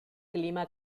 clima